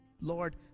Lord